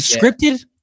scripted